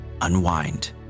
Unwind